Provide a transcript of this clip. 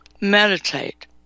Meditate